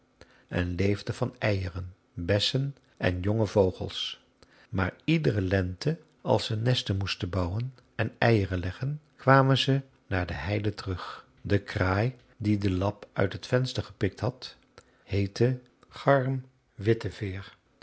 en leefden van eieren bessen en jonge vogels maar iedere lente als ze nesten moesten bouwen en eieren leggen kwamen zij naar de heide terug de kraai die den lap uit het venster gepikt had heette garm witteveer